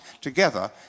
together